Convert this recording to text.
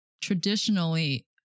traditionally